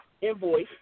invoice